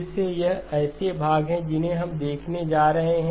फिर से ये ऐसे भाग हैं जिन्हें हम देखने जा रहे हैं